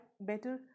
better